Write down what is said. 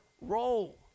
role